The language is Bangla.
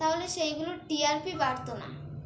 তাহলে সেইগুলোর টিআরপি বাড়তো না